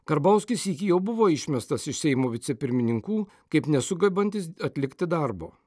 karbauskis sykį jau buvo išmestas iš seimo vicepirmininkų kaip nesugebantis atlikti darbo